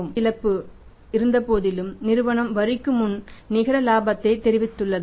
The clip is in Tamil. மொத்த இழப்பு இருந்தபோதிலும் நிறுவனம் வரிக்கு முன் நிகர லாபத்தைப் தெரிவித்துள்ளது